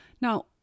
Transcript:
Now